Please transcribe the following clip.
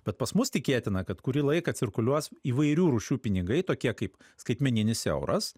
bet pas mus tikėtina kad kurį laiką cirkuliuos įvairių rūšių pinigai tokie kaip skaitmeninis euras